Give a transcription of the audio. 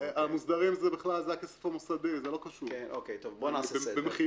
זה הכסף המוסדי, זה לא קשור, במחילה.